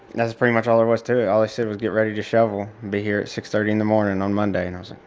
that's pretty much all there was to it. all they said was get ready to shovel, be here at six thirty in the morning on monday. and so